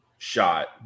shot